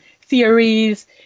theories